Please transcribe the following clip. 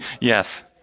Yes